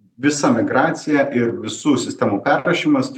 visa migracija ir visų sistemų aprašymas